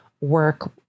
work